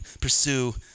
pursue